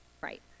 right